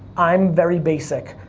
i'm very basic,